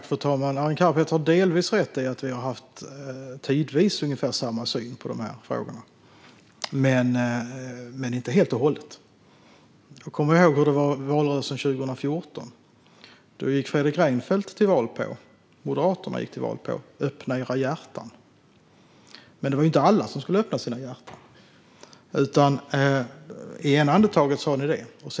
Fru talman! Arin Karapet har delvis rätt i att vi tidvis har haft ungefär samma syn på dessa frågor, men inte helt och hållet. Jag kommer ihåg hur det var i valrörelsen 2014. Då gick Fredrik Reinfeldt och Moderaterna till val på att vi skulle öppna våra hjärtan. Men det var inte alla som skulle öppna sina hjärtan. I ena andetaget sa ni det.